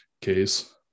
case